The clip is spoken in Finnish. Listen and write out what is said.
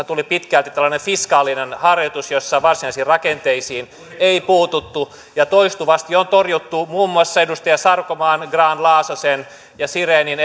tuli pitkälti fiskaalinen harjoitus jossa varsinaisiin rakenteisiin ei puututtu ja toistuvasti on torjuttu muun muassa edustaja sarkomaan grahn laasosen ja sirenin